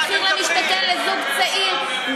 מחיר למשתכן לזוג צעיר,